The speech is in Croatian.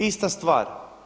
Ista stvar.